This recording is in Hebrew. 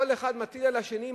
כל אחד מטיל על השני,